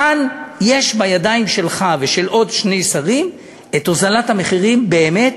כאן יש בידיים שלך ושל עוד שני שרים את הוזלת המחירים באמת,